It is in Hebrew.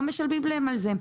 לא משלמים להם על זה.